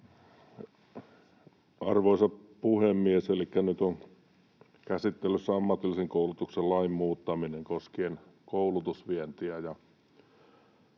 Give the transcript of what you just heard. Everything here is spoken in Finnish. Arvoisa puhemies! Elikkä nyt on käsittelyssä ammatillisen koulutuksen lain muuttaminen koskien koulutusvientiä.